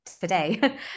today